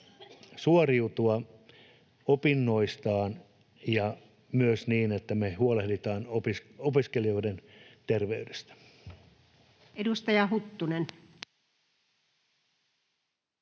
suoriutua opinnoistaan, ja myös niin, että me huolehditaan opiskelijoiden terveydestä.